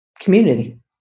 community